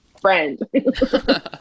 friend